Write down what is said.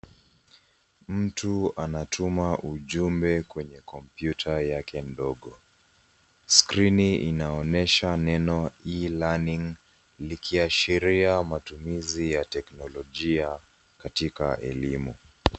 Mtu anatuma ujumbe kwenye kompyuta yake ndogo . Skrini inaonyesha neno e-learning likiashiria matumizi ya teknolojia katika elimu.